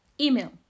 email